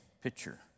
picture